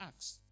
asked